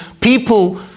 people